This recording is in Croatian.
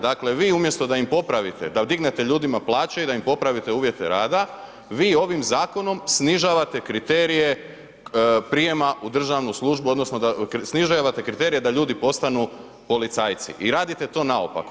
Dakle, umjesto da im popravite, da dignete ljudima plaće i da im popravite uvjete rada, vi ovim zakonom snižavate kriterije prijama u državnu službu odnosno snižavate kriterije da ljudi postanu policajci i radite to naopako.